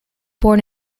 born